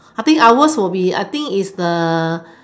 I think ours will be I think is the